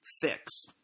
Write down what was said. fix